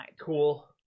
cool